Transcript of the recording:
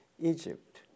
Egypt